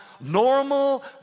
normal